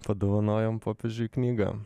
padovanojom popiežiui knyga